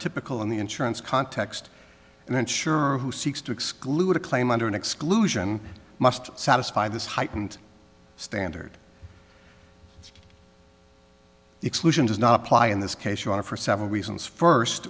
typical in the insurance context and then sure who seeks to exclude a claim under an exclusion must satisfy this heightened standard exclusion does not apply in this case your honor for several reasons first